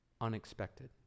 unexpected